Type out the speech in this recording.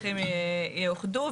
שהנוסחים יאוחדו.